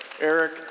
Eric